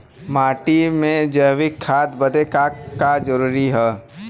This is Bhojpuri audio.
माटी में जैविक खाद बदे का का जरूरी ह?